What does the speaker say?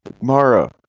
Mara